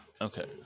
Okay